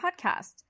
podcast